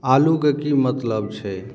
आलूके कि मतलब छै